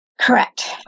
correct